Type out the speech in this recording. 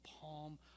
palm